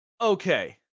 okay